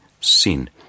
sin